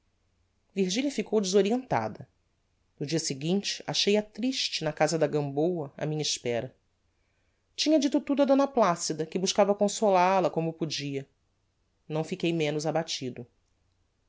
virgilia ficou desorientada no dia seguinte achei-a triste na casa da gamboa á minha espera tinha dito tudo a d placida que buscava consolal a como podia não fiquei menos abatido